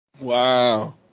Wow